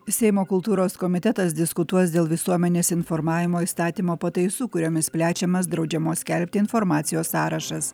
seimo kultūros komitetas diskutuos dėl visuomenės informavimo įstatymo pataisų kuriomis plečiamas draudžiamos skelbti informacijos sąrašas